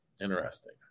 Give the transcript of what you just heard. Interesting